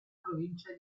provincia